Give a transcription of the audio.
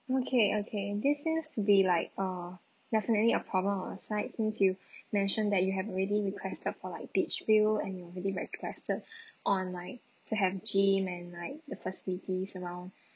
okay okay this seems to be like uh definitely a problem of our side since you mentioned that you have already requested for like beach view and you already requested on like to have gym and like the facilities around